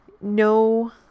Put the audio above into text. no